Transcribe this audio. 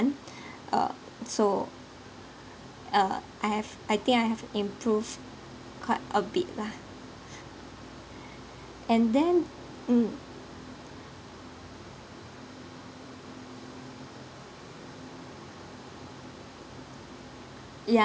uh so uh I have I think I have improved quite a bit lah and then mm